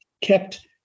kept